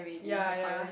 yea yea